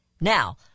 Now